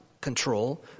control